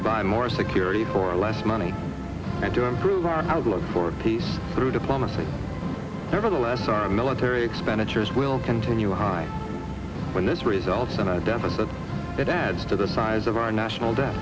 to buy more security or less money and to improve our outlook for peace through diplomacy nevertheless our military expenditures will continue high when this results in a deficit it adds to the size of our national debt